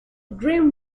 grim